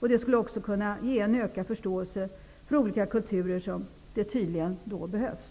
Det skulle också kunna ge en ökad förståelse för olika kulturer, vilket tydligen behövs.